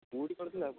କେଉଁଠି କରିଥିଲେ ଆଗରୁ